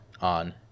on